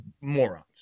morons